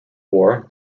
war